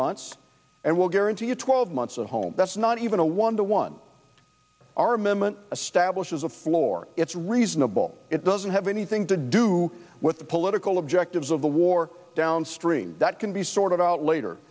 months and will guarantee you twelve months of home that's not even a one to one armament a stablish is a floor it's reasonable it doesn't have anything to do with the political objectives of the war downstream that can be sorted out later